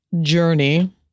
journey